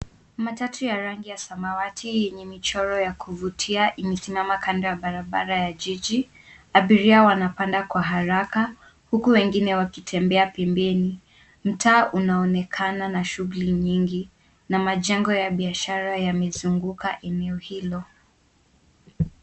Matatu ya rangi ya samawati yenye michoro ya kuvutia imesimama kando ya barabara ya jiji. Abiria wanapanda kwa haraka huku wengine wakitembea pembeni. Mtaa unaonekana na shughuli nyingi na majengo ya biashara yamezunguka eneo hilo.